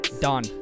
Done